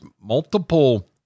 multiple